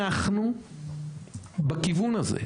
אנחנו בכיוון הזה,